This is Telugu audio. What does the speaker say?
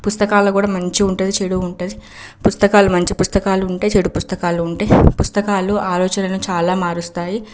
పుస్తకాలలో కూడా మంచి ఉంటుంది చెడు ఉంటుంది పుస్తకాలు మంచి పుస్తకాలు ఉంటాయి చెడు పుస్తకాలు ఉంటాయి పుస్తకాలు ఆలోచనలు చాలా మారుస్తాయి